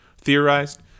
theorized